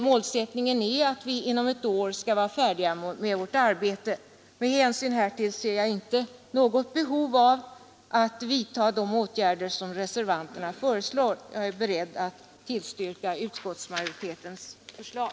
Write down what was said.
Målsättningen är att vi inom ett år skall vara färdiga med vårt arbete. Med hänsyn härtill ser jag inte något behov av att vidta de åtgärder reservanterna föreslår. Jag är beredd att tillstyrka utskottsmajoritetens förslag.